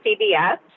CBS